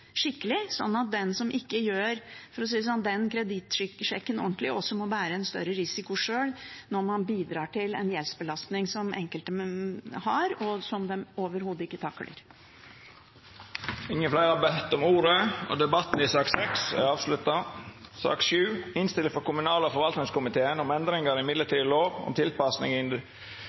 skikkelig, slik at den som ikke gjør den kredittsjekken ordentlig, også må bære en større risiko sjøl når man bidrar til den gjeldsbelastningen som enkelte har, og som de overhodet ikke takler. Fleire har ikkje bedt om ordet til sak nr. 6. Etter ynskje frå kommunal- og forvaltningskomiteen vil presidenten ordna debatten slik: 3 minutt til kvar partigruppe og